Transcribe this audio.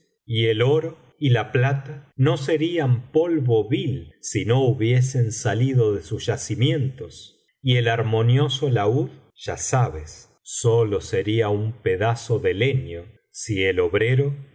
y el oro y la plata no serían polvo vil si no hubiesen salido de sus yacimientos y el armonioso laúd ya sabes sólo sería un pedazo de leño si el obrero